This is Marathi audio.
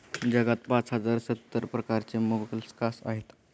जगात पाच हजार सत्तर प्रकारचे मोलस्कास आहेत